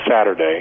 Saturday